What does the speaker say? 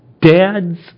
Dads